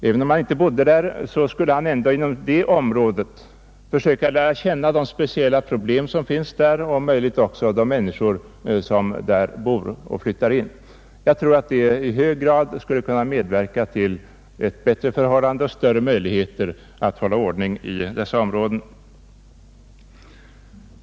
Även om han inte bor där, skulle han inom sitt område försöka lära känna de speciella problem som där finns och om möjligt också lära känna de människor som där bor eller som flyttar in. Jag tror att detta i hög grad skulle kunna medverka till bättre förhållanden och större möjligheter att hålla ordning i dessa områden.